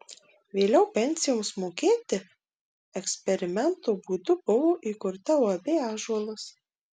vėliau pensijoms mokėti eksperimento būdu buvo įkurta uab ąžuolas